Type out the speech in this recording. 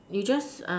you just